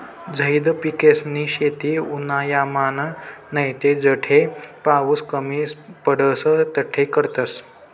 झैद पिकेसनी शेती उन्हायामान नैते जठे पाऊस कमी पडस तठे करतस